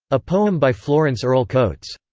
a poem by florence earle coates.